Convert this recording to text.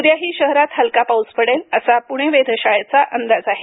उद्याही शहरात हलका पाऊस पडेल असा पुणे वेधशाळेचा अंदाज आहे